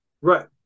Right